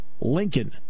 Lincoln